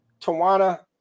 Tawana